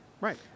Right